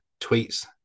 tweets